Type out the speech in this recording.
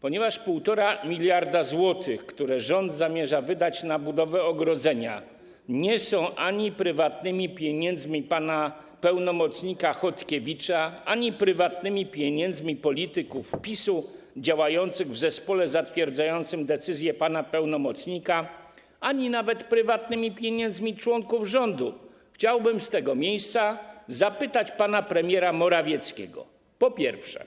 Ponieważ 1,5 mld zł, które rząd zamierza wydać na budowę ogrodzenia, to nie są ani prywatne pieniądze pana pełnomocnika Chodkiewicza, ani prywatne pieniądze polityków PiS-u działających w zespole zatwierdzającym decyzje pana pełnomocnika, ani nawet prywatne pieniądze członków rządu, chciałbym z tego miejsca zapytać pana premiera Morawieckiego, po pierwsze,